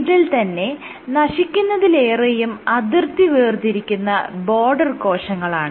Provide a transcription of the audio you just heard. ഇതിൽ തന്നെ നശിക്കുന്നതിലേറെയും അതിർത്തി വേർതിരിക്കുന്ന ബോർഡർ കോശങ്ങളാണ്